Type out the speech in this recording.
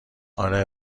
اره